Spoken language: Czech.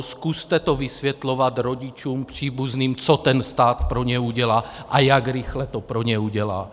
Zkuste to vysvětlovat rodičům, příbuzným, co ten stát pro ně udělá a jak rychle to pro ně udělá.